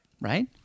Right